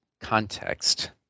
context